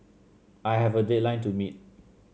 I have a deadline to meet